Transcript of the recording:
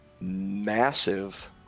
massive